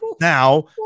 Now